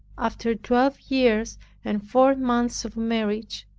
after twelve years and four months of marriage,